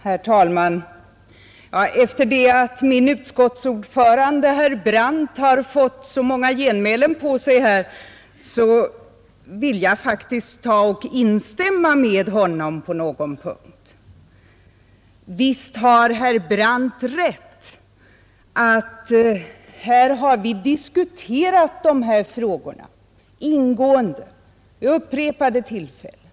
Herr talman! Efter det att mitt utskotts ordförande herr Brandt har fått så många genmälen på sig vill jag faktiskt instämma med honom på någon punkt. Visst har herr Brandt rätt i att vi har diskuterat de här frågorna ingående vid upprepade tillfällen.